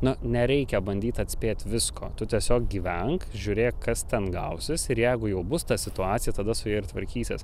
na nereikia bandyt atspėt visko tu tiesiog gyvenk žiūrėk kas ten gausis ir jeigu jau bus ta situacija tada su ja ir tvarkysies